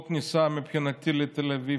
כל כניסה לתל אביב,